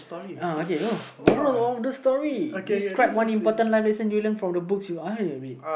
uh okay uh moral of the story describe one important life that send you from the books that I have read